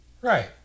right